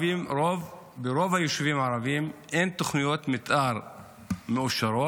ברוב היישובים הערביים אין תוכניות מתאר מאושרות,